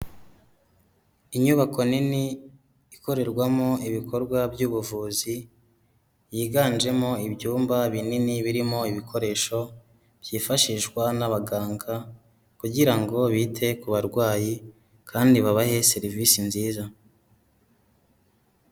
Inyubako nini ikorerwamo ibikorwa by'ubuvuzi yiganjemo ibyumba binini birimo ibikoresho byifashishwa n'abaganga kugira ngo bite ku barwayi kandi babahe serivisi nziza.